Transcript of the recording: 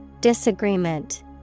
Disagreement